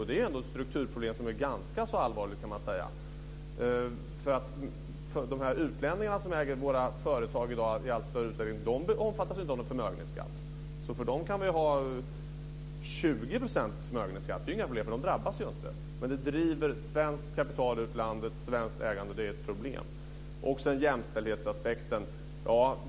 Det är ändå ett strukturproblem som är ganska allvarligt, därför att de utlänningar som i allt större utsträckning äger våra företag i dag omfattas ju inte av någon förmögenhetsskatt. För dem kan vi ha 20 procents förmögenhetsskatt. Det är inga problem, för de träffas ju inte. Det driver svenskt kapital och svenskt ägande ut ur landet, och det är ett problem. Sedan har vi jämställdhetsaspekten.